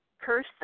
person